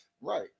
right